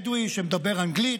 בדואי שמדבר אנגלית.